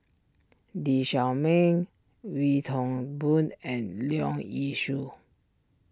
Lee Shao Meng Wee Toon Boon and Leong Yee Soo